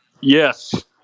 Yes